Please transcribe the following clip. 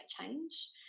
Change